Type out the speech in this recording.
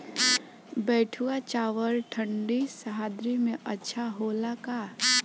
बैठुआ चावल ठंडी सह्याद्री में अच्छा होला का?